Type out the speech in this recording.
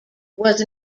was